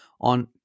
on